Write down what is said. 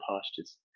pastures